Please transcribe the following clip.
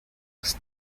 was